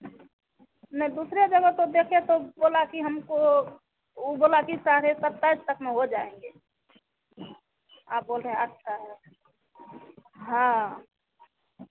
नहीं दूसरे जगह तो देखे तो बोला कि हमको वो बोला कि साढ़े सत्ताइस तक में हो जाऍंगे आप बोल रहे अच्छा हाँ